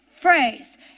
phrase